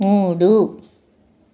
మూడు